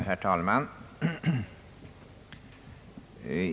Herr talman!